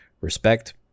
respect